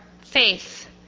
faith